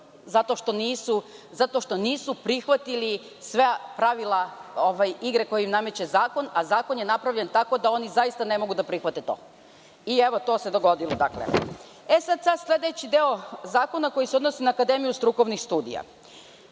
zato što nisu prihvatili sva pravila igre koju im nameće zakon, a zakon je napravljen tako da oni zaista ne mogu da prihvate to. Evo to se dogodilo. Sledeći deo zakona se odnosi na akademiju strukovnih studija.